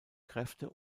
kräfte